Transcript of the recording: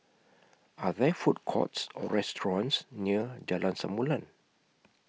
Are There Food Courts Or restaurants near Jalan Samulun